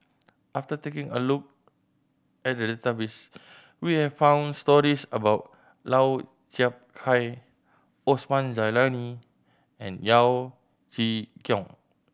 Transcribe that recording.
after taking a look at the database we have found stories about Lau Chiap Khai Osman Zailani and Yeo Chee Kiong